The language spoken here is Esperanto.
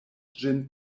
ĝin